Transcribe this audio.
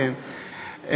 כן,